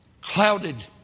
clouded